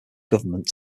government